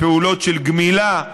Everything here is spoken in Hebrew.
לפעולות של גמילה,